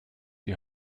die